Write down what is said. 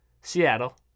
Seattle